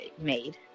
made